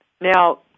Now